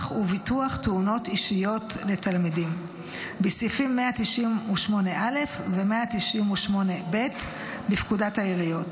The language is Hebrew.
וביטוח תאונות אישיות לתלמידים בסעיפים 198א ו198ב בפקודת העיריות,